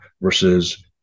versus